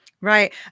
Right